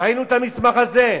ראינו את המסמך הזה,